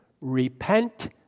Repent